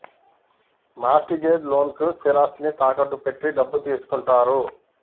mart gauge లోన్లకు స్థిరాస్తిని తాకట్టు పెట్టి డబ్బు తీసుకుంటారు